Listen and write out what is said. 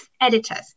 editors